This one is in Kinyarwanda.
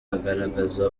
agaragaza